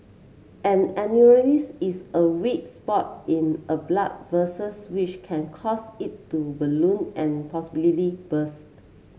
an aneurysm is a weak spot in a blood which can cause it to balloon and possibly burst